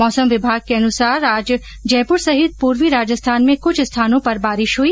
मौसम विभाग के अनुसार आज पूर्वी राजस्थान में क्छ स्थानों पर बारिश हई